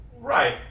right